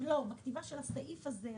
בכתיבה של הסעיף הזה.